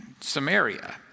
Samaria